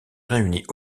réunie